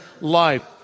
life